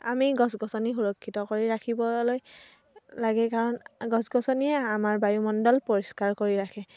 আমি গছ গছনি সুৰক্ষিত কৰি ৰাখিবলৈ লাগে কাৰণ গছ গছনিয়ে আমাৰ বায়ুমণ্ডল পৰিষ্কাৰ কৰি ৰাখে